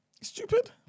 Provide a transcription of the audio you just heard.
stupid